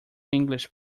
english